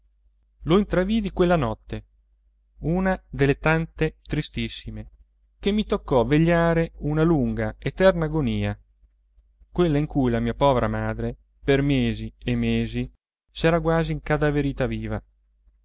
lo intravidi quella notte una delle tante tristissime che mi toccò vegliare una lunga eterna agonia quella in cui la mia povera madre per mesi e mesi s'era quasi incadaverita viva